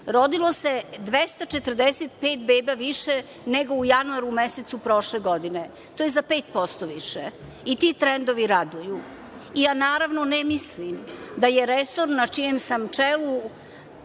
rodilo se 245 više nego u januaru mesecu prošle godine. To je za 5% više. Ti trendovi raduju. Naravno ne mislim da je resor na čijem sam čelu